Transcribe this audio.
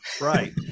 Right